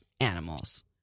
Animals